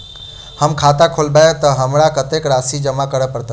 हम खाता खोलेबै तऽ हमरा कत्तेक राशि जमा करऽ पड़त?